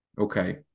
Okay